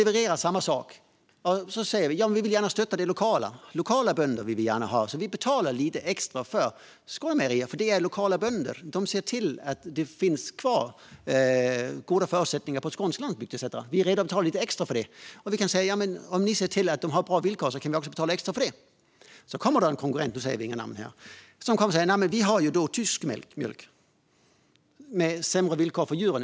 Vi vill gärna stötta de lokala bönderna och är beredda att betala lite extra för att få mjölk från dem genom Skånemejerier eftersom man ger skånsk landsbygd bättre förutsättningar och bra villkor. Konkurrenten erbjuder tysk mjölk med sämre villkor för djuren.